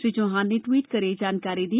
श्री चौहान ने ट्वीट कर यह जानकारी दी